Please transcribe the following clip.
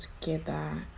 together